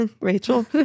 Rachel